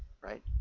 right